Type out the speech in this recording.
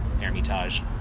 Hermitage